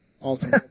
Awesome